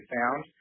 found